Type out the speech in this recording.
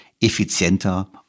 effizienter